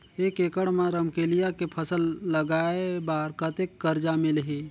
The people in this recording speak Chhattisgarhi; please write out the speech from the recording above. एक एकड़ मा रमकेलिया के फसल लगाय बार कतेक कर्जा मिलही?